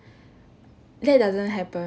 that doesn't happen